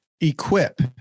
equip